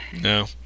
No